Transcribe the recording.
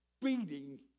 beating